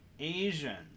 Asians